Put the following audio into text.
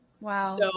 Wow